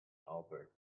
albert